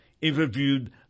interviewed